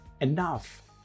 enough